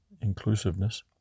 inclusiveness